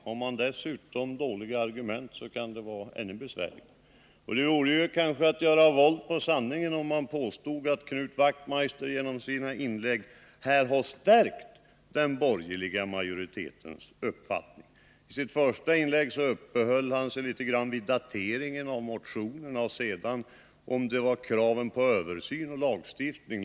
Har man dessutom dåliga argument att komma med, så kan det vara ännu besvärligare. Det vore nog att göra våld på sanningen om man påstod att Knut Wachtmeister genom sina inlägg här har stärkt den borgerliga majoritetens uppfattning. I sitt första inlägg uppehöll han sig något vid dateringen av motionerna, och därefter talade han om krav på översyn och lagstiftning.